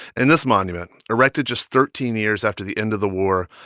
and this monument, erected just thirteen years after the end of the war,